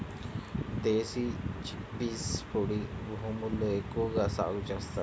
దేశీ chickpeas పొడి భూముల్లో ఎక్కువగా సాగు చేస్తారు